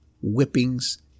whippings